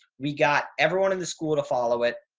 we got everyone in the school to follow it.